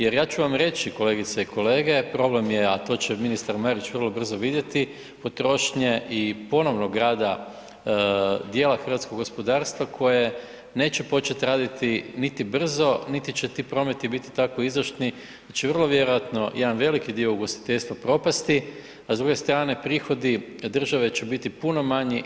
Jer ja ću vam reći kolegice i kolege problem je, a to će ministar Marić vrlo brzo vidjeti potrošnje i ponovnog rada dijela hrvatskog gospodarstva koje neće početi raditi niti brzo, niti će ti prometi biti tako izdašni, da će vrlo vjerojatno jedan veliki dio ugostiteljstva propasti, a s druge strane prihodi države će biti puno manji.